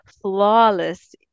flawless